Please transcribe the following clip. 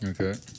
Okay